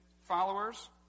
followers